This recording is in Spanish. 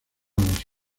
los